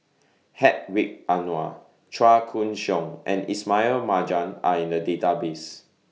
Hedwig Anuar Chua Koon Siong and Ismail Marjan Are in The Database